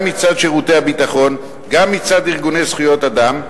גם מצד שירותי הביטחון וגם מצד ארגוני זכויות אדם.